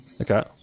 okay